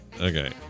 Okay